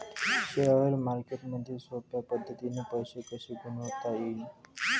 Share मार्केटमधी सोप्या पद्धतीने पैसे कसे गुंतवता येईन?